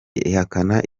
ihakana